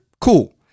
cool